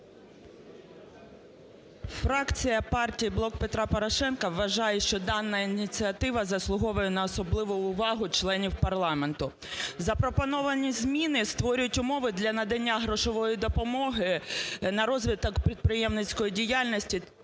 Фракція партії "Блок Петра Порошенка" вважає, що дана ініціатива заслуговує на особливу увагу членів парламенту. Запропоновані зміни створюють умови для надання грошової допомоги на розвиток підприємницької діяльності